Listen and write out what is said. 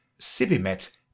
Sibimet